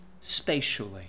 spatially